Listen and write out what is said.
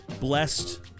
blessed